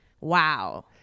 wow